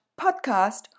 podcast